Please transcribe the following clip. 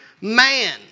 man